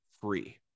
free